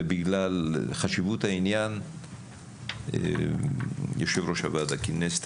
ובגלל חשיבות העניין יושב-ראש הוועדה כינס.